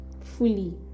fully